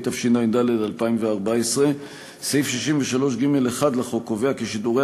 התשע"ד 2014. סעיף 63(ג)(1) לחוק קובע כי שידורי